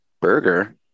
burger